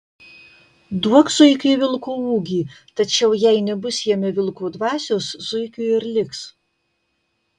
duok zuikiui vilko ūgį tačiau jai nebus jame vilko dvasios zuikiu ir liks